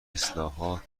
اصلاحات